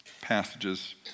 passages